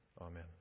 Amen